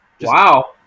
Wow